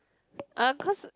uh cause